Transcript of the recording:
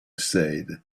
said